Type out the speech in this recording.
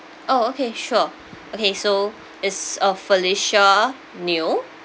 oh okay sure okay so is uh felicia niu